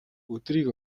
өдрийг